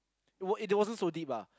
it was it wasn't so deep ah